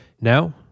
now